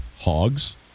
hogs